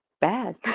bad